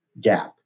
gap